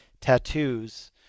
tattoos